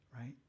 right